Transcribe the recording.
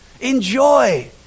enjoy